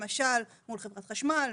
למשל מול חברת חשמל,